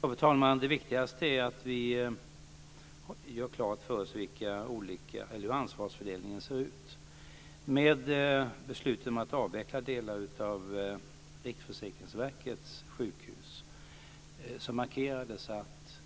Fru talman! Det viktigaste är att vi gör klart för oss hur ansvarsfördelningen ser ut. Med beslutet om att avveckla delar av Riksförsäkringsverkets sjukhus markerades att